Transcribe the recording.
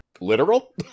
Literal